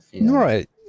Right